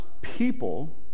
people